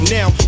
now